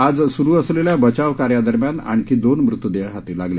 आज सुरू असलेल्या बचाव कार्यादरम्यान आणखी दोन मृतदेह हाती लागले